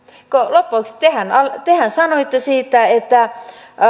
lopuksi tehän tehän sanoitte että